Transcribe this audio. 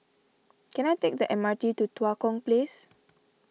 can I take the M R T to Tua Kong Place